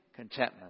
Contentment